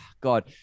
god